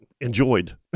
enjoyed